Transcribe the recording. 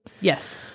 Yes